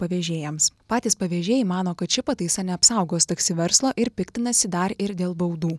pavežėjams patys pavežėjai mano kad ši pataisa neapsaugos taksi verslo ir piktinasi dar ir dėl baudų